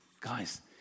Guys